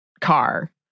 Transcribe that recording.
car